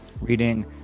reading